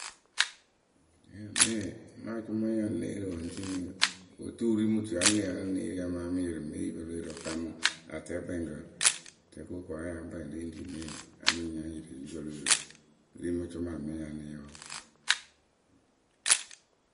ŋmee mɨ acʊmayǝ ŋ́ ya ŋ́ née yee rɨ wǝ ŋ́ tini otu wɨ ri wɨ mɨ otuyǝ ŋ́ ya ŋ́ née yee wǝ́ ŋ́ ya née ri amaa mɨ ŋ yɩrɩ mɨ epipǝ lo yurǝ wɨ kaamɨ atɛɛkpɛŋkǝ tɛɛkǝ we ko wǝ aya kpɛŋ le ŋ ri ŋmee a mɨ ŋ nya ŋ́ yɩrɩ mɨ epipǝ lo yurǝ wɨ ri mɨ cʊmayǝ ŋme ŋ́ ya ŋ́ née yee wǝ.